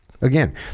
Again